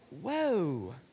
whoa